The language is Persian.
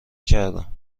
کردم